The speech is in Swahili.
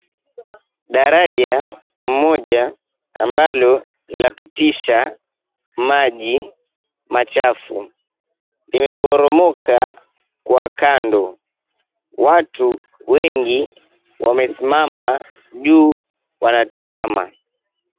Daraja moja ambalo la pitisha maji machafu, limeboromoka kwa kando watu wengi wamesimama juu wanatizama.